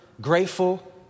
grateful